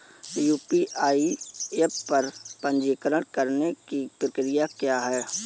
UPI app पर पंजीकरण करने की प्रक्रिया क्या है?